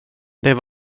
det